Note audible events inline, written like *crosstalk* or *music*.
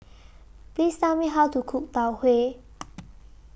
Please Tell Me How to Cook Tau Huay *noise*